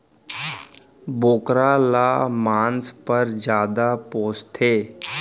बोकरा ल मांस पर जादा पोसथें